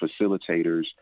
facilitators